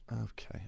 Okay